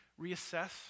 reassess